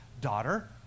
daughter